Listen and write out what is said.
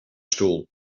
stoel